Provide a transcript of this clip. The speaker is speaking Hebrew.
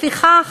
לפיכך,